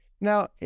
Now